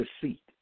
deceit